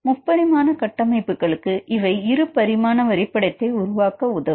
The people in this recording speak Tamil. முப்பரிமான கட்டமைப்புகளுக்கு இவை இருபரிமாண வரைபடத்தை உருவாக்க உதவும்